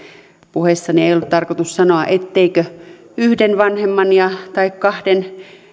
puheessani ei ollut tarkoitus sanoa etteikö yhden vanhemman tai kahden